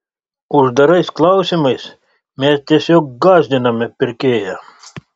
uždarais klausimais mes tiesiog gąsdiname pirkėją